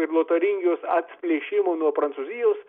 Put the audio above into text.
ir lotaringijos atplėšimo nuo prancūzijos